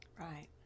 right